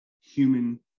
human